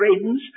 friends